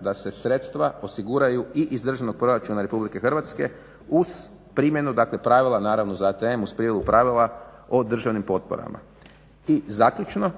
da se sredstva osiguraju i iz Državnog proračuna RH uz primjenu pravila naravno na tu temu uz primjenu pravila o državnim potporama. I zaključno